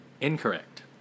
Incorrect